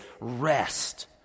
rest